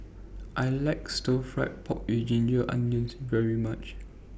I like Stir Fry Pork with Ginger Onions very much